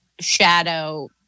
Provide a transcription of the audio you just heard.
shadow